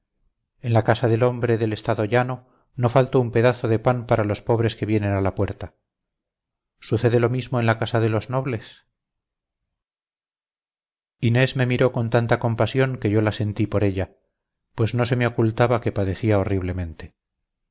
en la casa del hombre del estado llanono falta un pedazo de pan para los pobres que vienen a la puerta sucede lo mismo en casa de los nobles inés me miró con tanta compasión que yo la sentí por ella pues no se me ocultaba que padecía horriblemente